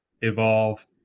Evolve